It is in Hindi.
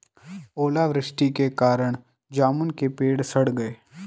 ओला वृष्टि के कारण जामुन के पेड़ सड़ गए